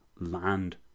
land